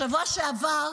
בשבוע שעבר כולנו,